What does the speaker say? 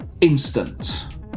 instant